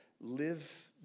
Live